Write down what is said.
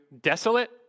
desolate